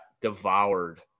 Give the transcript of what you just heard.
devoured